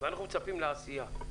ואנחנו מצפים לעשייה.